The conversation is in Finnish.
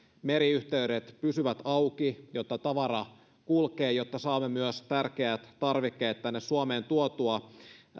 meriyhteydet pysyvät auki jotta tavara kulkee jotta saamme myös tärkeät tarvikkeet tänne suomeen tuotua